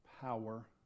power